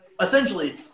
essentially